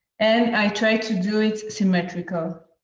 and i'm trying to do it symmetrical.